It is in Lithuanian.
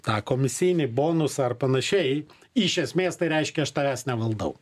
tą komisinį bonusą ar panašiai iš esmės tai reiškia aš tavęs nevaldau